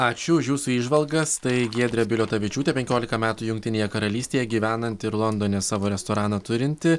ačiū už jūsų įžvalgas tai giedrė biliotavičiūtė penkiolika metų jungtinėje karalystėje gyvenanti ir londone savo restoraną turinti